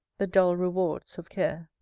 the dull rewards of care.